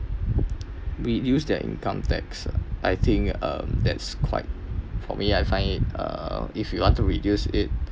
reduce their income tax I think um that's quite for me I find it uh if you want to reduce it